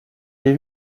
l’ai